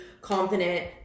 confident